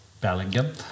Bellingham